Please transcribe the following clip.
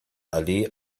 allee